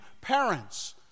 parents